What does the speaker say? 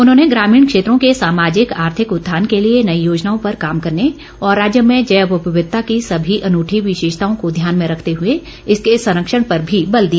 उन्होंने ग्रामीण क्षेत्रों के सामाजिक आर्थिक उत्थान के लिए नई योजनाओं पर काम करने और राज्य में जैव विविधता की सभी अनूठी विशेषताओं को ध्यान में रखते हए इसके संरक्षण पर भी बल दिया